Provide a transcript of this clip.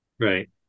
right